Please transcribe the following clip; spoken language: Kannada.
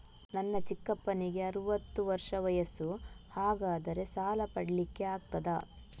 ನನ್ನ ಚಿಕ್ಕಪ್ಪನಿಗೆ ಅರವತ್ತು ವರ್ಷ ವಯಸ್ಸು, ಹಾಗಾದರೆ ಸಾಲ ಪಡೆಲಿಕ್ಕೆ ಆಗ್ತದ?